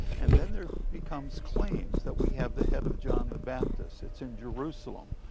and then there becomes claims that we have the head of john the baptist. it's in jerusalem.